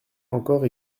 encore